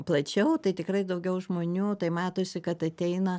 plačiau tai tikrai daugiau žmonių tai matosi kad ateina